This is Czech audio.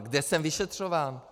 Kde jsem vyšetřován?